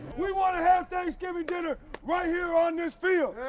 we want to have thanksgiving dinner right here on this field.